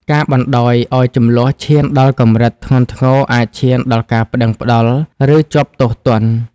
ការបណ្តោយឲ្យជម្លោះឈានដល់កម្រិតធ្ងន់ធ្ងរ អាចឈានដល់ការប្តឹងប្តល់ ឬជាប់ទោសទណ្ឌ។